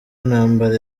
intambara